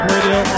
Radio